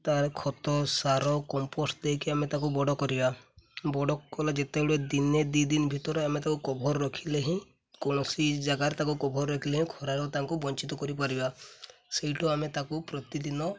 ତା'ର ଖତ ସାର କମ୍ପୋଷ୍ଟ ଦେଇକି ଆମେ ତାକୁ ବଡ଼ କରିବା ବଡ଼ କଲା ଯେତେବେଳେ ଦିନେ ଦୁଇ ଦିନ ଭିତରେ ଆମେ ତାକୁ କଭର୍ ରଖିଲେ ହିଁ କୌଣସି ଜାଗାରେ ତାକୁ କଭର୍ ରଖିଲେ ହିଁ ଖରାରୁ ତାଙ୍କୁ ବଞ୍ଚିତ କରିପାରିବା ସେଇଠୁ ଆମେ ତାକୁ ପ୍ରତିଦିନ